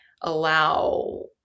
allow